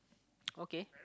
okay